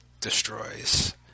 destroys